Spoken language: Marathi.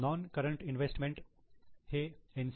नोन करंट इन्व्हेस्टमेंट हे एन